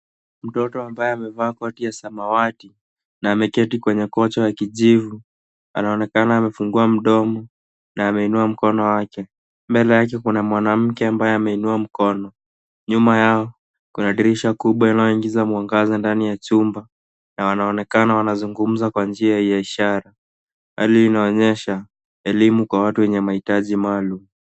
Mtoto ambaye amevaa koti ya samawati na ameketi kwenye kocha ya kijivu anaonekana amefungua mdomo na ameinua mkono wake. Mbele yake kuna mwanamke ambaye ameinua mkono. Nyuma yao kuna dirisha kubwa inayoingiza mwangaza ndani ya chumba, na wanaonekana wanazungumza kwa njia ya ishara. Hali hii inaonyesha elimu kwa watu wenye mahitaji maalum.